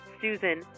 Susan